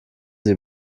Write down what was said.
sie